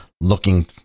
looking